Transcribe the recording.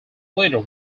leader